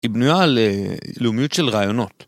היא בנויה ללאומיות של רעיונות.